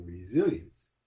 resilience